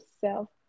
self